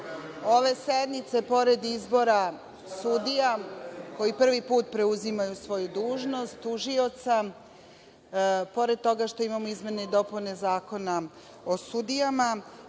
ove sednice, pored izbora sudija koji prvi put preuzimaju svoju dužnost tužioca, pored toga što imamo izmene i dopune Zakona o sudijama